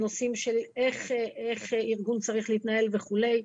הנושאים של איך שארגון צריך להתנהל וכולי.